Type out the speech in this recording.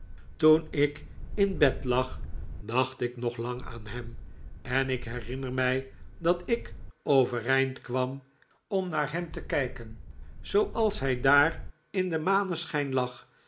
toen ik in bed lag dacht ik nog lang aan hem en ik herinner mij dat ik overeind kwam om naar hem te kijken zooals hij daar in den maneschijn iag